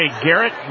Garrett